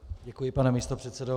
Děkuji, pane místopředsedo.